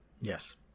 Yes